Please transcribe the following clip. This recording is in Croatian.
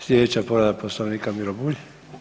Sljedeća povreda Poslovnika, Miro Bulj.